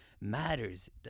matters